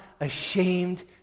ashamed